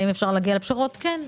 כן,